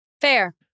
fair